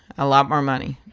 a lot more money,